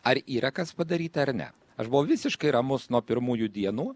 ar yra kas padaryta ar ne aš buvau visiškai ramus nuo pirmųjų dienų